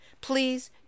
please